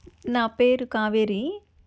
నా పేరు కావేరి